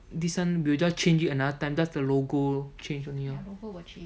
this one we'll just change it another time just the logo change only lor